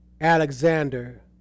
Alexander